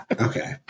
Okay